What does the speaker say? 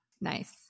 nice